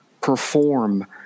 perform